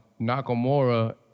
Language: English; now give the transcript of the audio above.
Nakamura